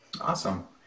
Awesome